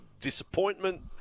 disappointment